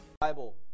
Bible